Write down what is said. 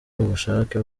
ubushake